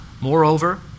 Moreover